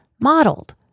modeled